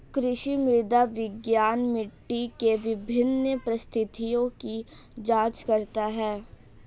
कृषि मृदा विज्ञान मिट्टी के विभिन्न परिस्थितियों की जांच करता है